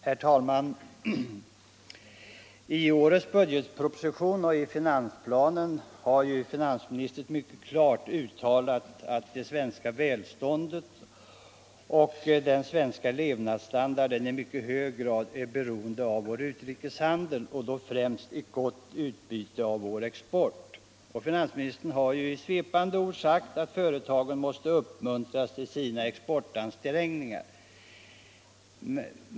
Herr talman! I årets budgetproposition och i finansplanen har finansministern mycket klart uttalat att det svenska välståndet och den svenska levnadsstandarden i mycket hög grad är beroende av vår utrikeshandel och då främst av ett gott utbyte av vår export. Finansministern har i svepande ordalag sagt att företagen måste uppmuntras i sina exportansträngningar.